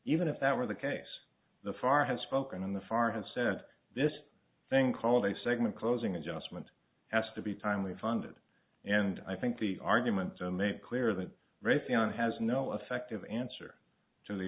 even if that were the case the farmer had spoken on the far has said this thing called a segment closing adjustment has to be timely funded and i think the argument to make clear that raytheon has no effective answer to the